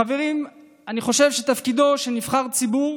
חברים, אני חושב שתפקידו של נבחר ציבור